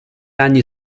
anni